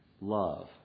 Love